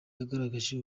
yagaragaje